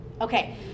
Okay